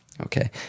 Okay